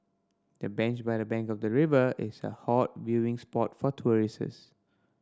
the bench by the bank of the river is a hot viewing spot for tourists